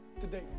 Today